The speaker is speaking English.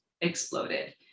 exploded